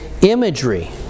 imagery